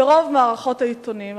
ברוב מערכות העיתונים.